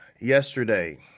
yesterday